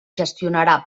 gestionarà